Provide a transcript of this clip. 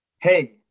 hey